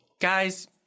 guys